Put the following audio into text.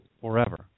forever